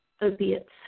opiates